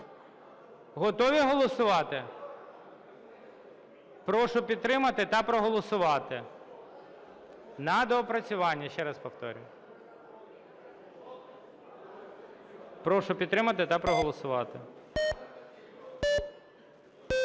Готові голосувати? Прошу підтримати та проголосувати. На доопрацювання. Ще раз повторюю. Прошу підтримати та проголосувати.